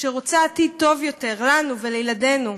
שרוצה עתיד טוב יותר לנו ולילדינו.